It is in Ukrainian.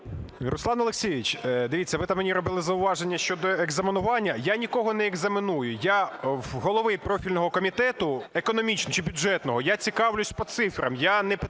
Руслан Олексійович, дивіться, ви там мені робили зауваження щодо екзаменування. Я нікого не екзаменую, я в голови профільного комітету економічного чи бюджетного, я цікавлюсь по цифрам,